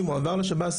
מי שמועבר לשב"ס,